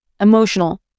emotional